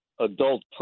adult